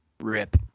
Rip